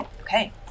Okay